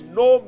no